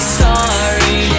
sorry